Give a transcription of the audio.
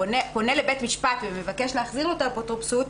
פונה לבית משפט ומבקש להחזיר לו את האפוטרופסות,